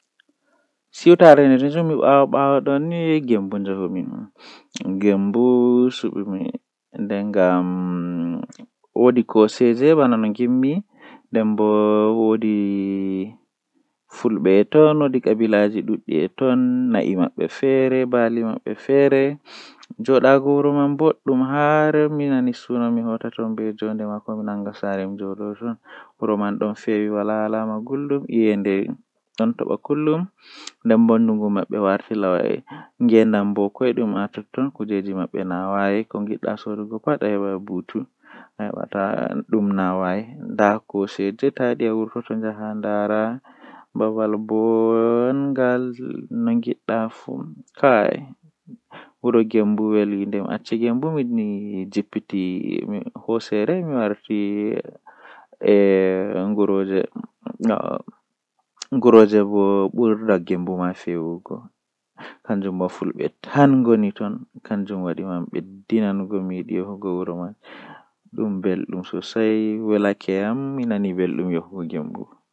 Fijirde jei burdaa yiduki sembe kanjum woni fijirde jei habre bana boksin malla reksilin ngam kanjum do doole anaftira be sembe ma haa babal wadugo dow anaftirai be sembe ma be fiya ma malla be nawna ma fijirde jei buri hoyugo bo kanjum woni fijirde kaati malla lido jei ondo joodi yerba kaati malla kujeeji.